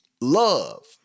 Love